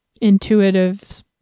intuitive